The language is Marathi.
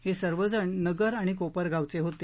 हे सर्वजण नगर आणि कोपरगावचे होते